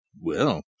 Well